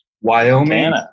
Wyoming